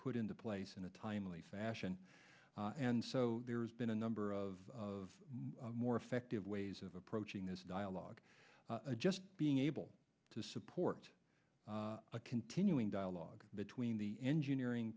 put into place in a timely fashion and so there's been a number of more effective ways of approaching this dialogue just being able to support a continuing dialogue between the engineering